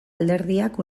alderdiak